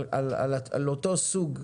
על אותו סוג,